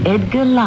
Edgar